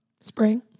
spring